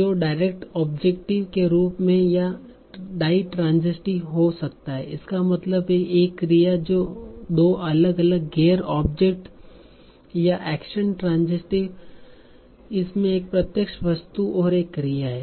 जो direct objective के रूप में है या तों डाईट्रांसीटीव हो सकता है इसका मतलब है एक क्रिया जो दो अलग अलग गैर ऑब्जेक्ट या एक्शन ट्रांसीटीव इसमें एक प्रत्यक्ष वस्तु और एक क्रिया है